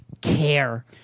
care